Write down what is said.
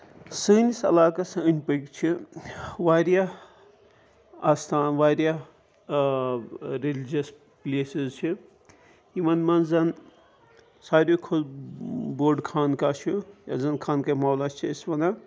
سٲنِس علاقس أندۍ پٔکۍ چھِ واریاہ اَستان واریاہ ریلِجس پٕلیسِز چھِ یِمن منٛز زن ساروٕے کھۄتہٕ بوٚڑ خان کہہ چھُ یَتھ زَن خان کہہ مولہہ چھِ أسۍ وَنان